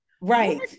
right